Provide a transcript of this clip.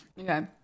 Okay